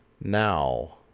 Now